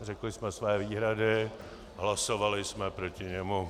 Řekli jsme své výhrady, hlasovali jsme proti němu.